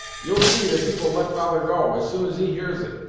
you'll see that he will let father go, as soon as he hears it!